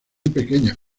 pequeñas